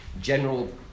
general